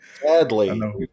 sadly